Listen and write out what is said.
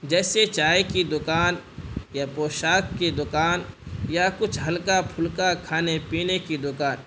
جیسے چائے کی دوکان یا پوشاک کی دوکان یا کچھ ہلکا پھلکا کھانے پینے کی دوکان